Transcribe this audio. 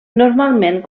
normalment